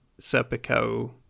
serpico